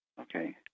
Okay